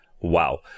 Wow